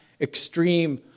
extreme